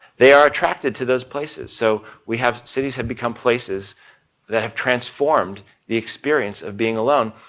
they are attracted to those places. so we have cities have become places that have transformed the experience of being alone.